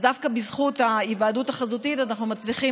דווקא בזכות ההיוועדות החזותית אנחנו מצליחים